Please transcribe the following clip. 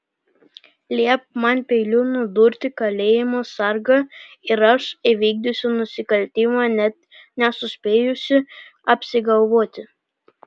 liepk man peiliu nudurti kalėjimo sargą ir aš įvykdysiu nusikaltimą net nesuspėjusi apsigalvoti